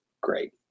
great